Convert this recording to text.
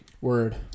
Word